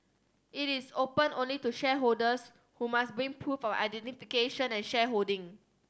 it is open only to shareholders who must bring proof of identification and shareholding